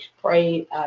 Pray